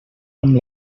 amb